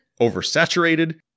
Oversaturated